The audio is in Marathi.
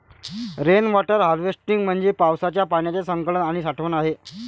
रेन वॉटर हार्वेस्टिंग म्हणजे पावसाच्या पाण्याचे संकलन आणि साठवण आहे